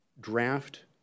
draft